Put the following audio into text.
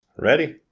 ready.